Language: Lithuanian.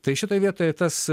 tai šitoj vietoj tas